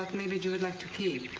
like maybe you would like to keep.